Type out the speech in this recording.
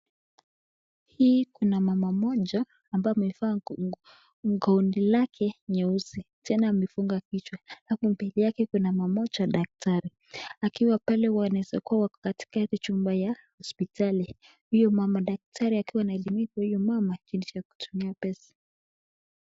Hii kuna mama mmoja ambaye amevaa nguo gauni lake nyeusi tena amefunga kichwa. Hapo mbele yake kuna mama moja daktari akiwa pale wanaweza kuwa wako katika chumba ya hospitali, huyo mama daktari akiwa anamwarifu huyo mama kuhusu cha kutumia.